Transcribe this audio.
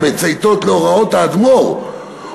המצייתות להוראות האדמו"ר,